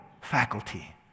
faculty